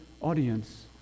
audience